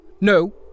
no